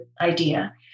idea